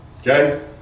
okay